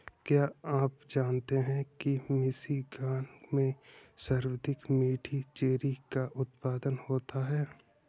क्या आप जानते हैं कि मिशिगन में सर्वाधिक मीठी चेरी का उत्पादन होता है?